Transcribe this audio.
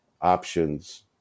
options